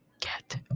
get